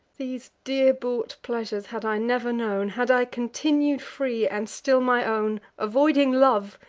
these dear-bought pleasures had i never known, had i continued free, and still my own avoiding love,